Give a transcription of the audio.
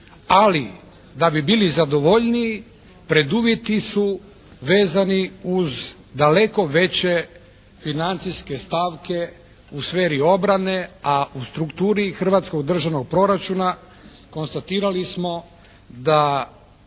Ali, da bi bili zadovoljniji preduvjeti su vezani uz daleko veće financijske stavke u sferi obrane, a u strukturi hrvatskog državnog proračuna konstatirali smo da